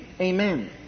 Amen